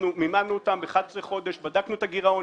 מימנו אותם ל-11 חודשים, בדקנו את הגירעון.